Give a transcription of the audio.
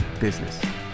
business